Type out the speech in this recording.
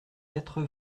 quatre